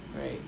Right